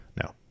No